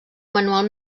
manual